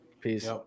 Peace